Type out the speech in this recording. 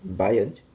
Bayern